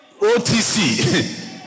OTC